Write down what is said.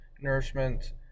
nourishment